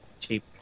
Cheap